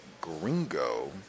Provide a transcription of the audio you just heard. gringo